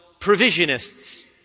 provisionists